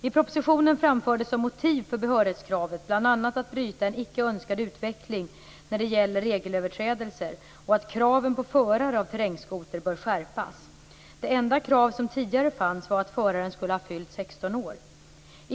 I propositionen framfördes som motiv för behörighetskravet bl.a. att man vill bryta en icke önskad utveckling när det gäller regelöverträdelser och att kraven på förare av terrängskoter bör skärpas. Det enda krav som tidigare fanns var att föraren skulle ha fyllt 16 år.